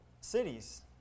cities